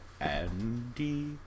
Andy